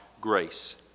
grace